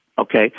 okay